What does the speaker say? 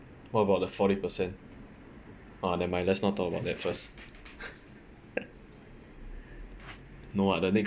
what about the forty percent ah never mind let's not talk about that first no ah the next